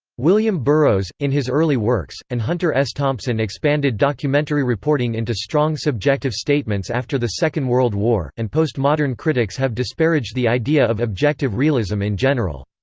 william burroughs, in his early works, and hunter s. thompson expanded documentary reporting into strong subjective statements after the second world war, and post-modern critics have disparaged the idea of objective realism in general.